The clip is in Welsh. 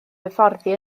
hyfforddi